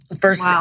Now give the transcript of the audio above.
First